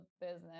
business